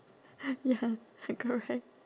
ya correct